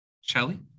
Shelly